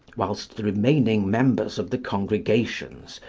whilst the remaining members of the congregations,